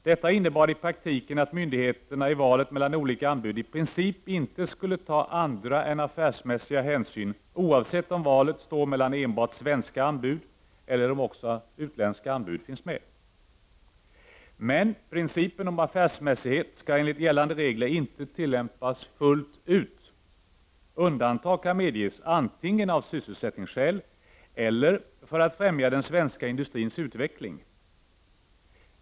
Detta innebar i praktiken att myndigheterna i valet mellan olika anbud i princip inte skulle ta andra än affärsmässiga hänsyn, oavsett om valet står mellan enbart svenska anbud eller om också utländska anbud finns med. Principen om affärsmässighet skall dock enligt gällande regler inte tillämpas fullt ut. Undantag kan medges, antingen av sysselsättningsskäl eller för att främja den svenska industrins utveckling.